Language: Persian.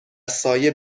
سایه